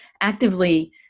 actively